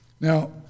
Now